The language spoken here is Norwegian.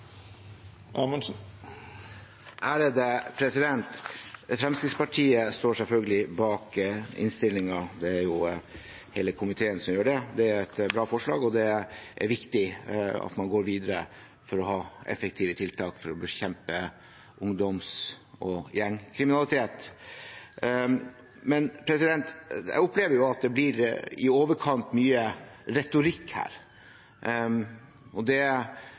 Fremskrittspartiet står selvfølgelig bak innstillingen, hele komiteen gjør det. Det er et bra forslag, og det er viktig at man går videre for å ha effektive tiltak for å bekjempe ungdoms- og gjengkriminalitet. Men jeg opplever at det blir i overkant mye retorikk her. Det er kanskje passende med den bakgrunnslyden som vi har her nå, med sirener. Det